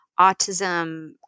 autism